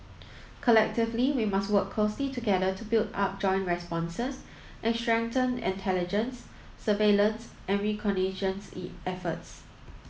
collectively we must work closely together to build up joint responses and strengthen intelligence surveillance and reconnaissance efforts